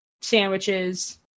sandwiches